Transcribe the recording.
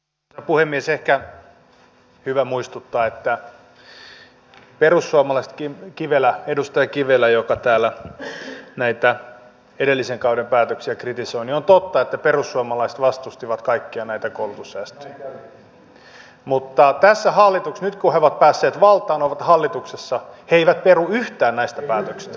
ehkä on hyvä muistuttaa edustaja kivelälle joka täällä näitä edellisen kauden päätöksiä kritisoi että on totta että perussuomalaiset vastustivat kaikkia näitä koulutussäästöjä mutta nyt kun he ovat päässeet valtaan ovat hallituksessa he eivät peru yhtään näistä päätöksistä